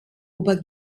über